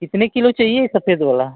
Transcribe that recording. कितने किलो चाहिए सफेद वाला